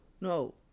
no